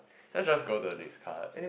let's just go to the next card